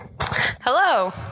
Hello